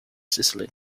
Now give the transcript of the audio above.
sicily